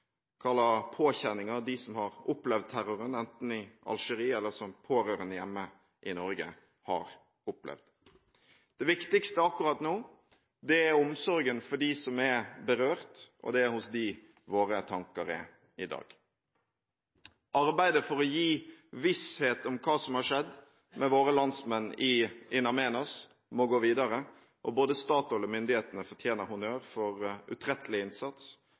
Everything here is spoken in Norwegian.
hva slags påkjenninger de som har opplevd terroren enten i Algerie eller som pårørende hjemme i Norge, har hatt. Det viktigste akkurat nå er omsorgen for dem som er berørt, og det er hos dem våre tanker er i dag. Arbeidet for å gi visshet om hva som har skjedd med våre landsmenn i In Amenas må gå videre. Både Statoil og myndighetene fortjener honnør for utrettelig innsats